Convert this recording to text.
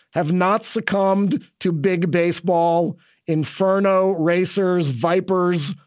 have not succumbed to big baseball inferno racers, vipers,